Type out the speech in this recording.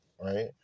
Right